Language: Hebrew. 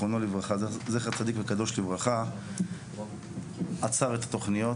זכר צדיק וקדוש לברכה עצר את התוכניות